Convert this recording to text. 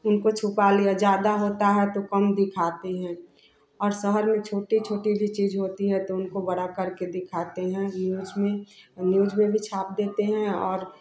इनको छुपा लिया ज़्यादा होता है तो कम दिखाते हैं और शहर में छोटी छोटी भी चीज़ होती है तो उनको बड़ा करके दिखाते हैं न्यूज़ में न्यूज़ में छाप देते हैं और